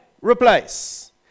Replace